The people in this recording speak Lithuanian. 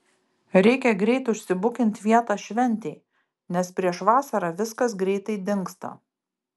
reikia greit užsibukint vietą šventei nes prieš vasarą viskas greitai dingsta